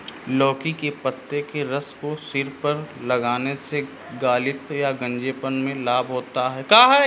लौकी के पत्ते के रस को सिर पर लगाने से खालित्य या गंजेपन में लाभ होता है